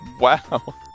Wow